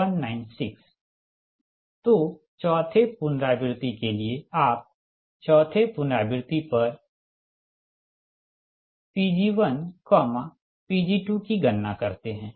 तो चौथे पुनरावृति के लिए आप चौथे पुनरावृति पर Pg1 Pg2 की गणना करते हैं